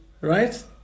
right